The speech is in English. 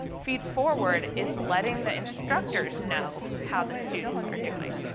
feed-forward is letting the instructors know how the students are doing.